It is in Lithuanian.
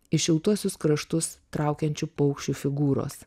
į šiltuosius kraštus traukiančių paukščių figūros